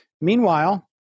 Meanwhile